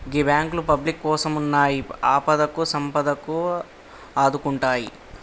గీ బాంకులు పబ్లిక్ కోసమున్నయ్, ఆపదకు సంపదకు ఆదుకుంటయ్